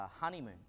honeymoon